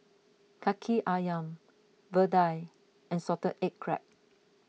Kaki Ayam Vadai and Salted Egg Crab